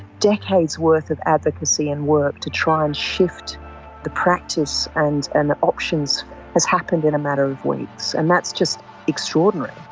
decades worth of advocacy and work to try and shift the practice and and the options has happened in a matter of weeks. and that's just extraordinary.